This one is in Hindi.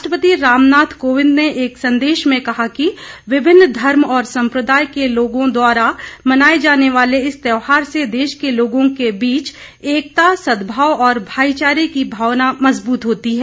राष्ट्रपति रामनाथ कोविंद ने एक संदेश में कहा है कि विभिन्न धर्म और संप्रदाय के लोगों द्वारा मनाए जाने वाले इस त्यौहार से देश के लोगों के बीच एकता सद्भाव और भाईचारे की भावना मजबूत होती है